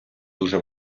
дуже